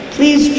Please